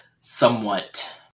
somewhat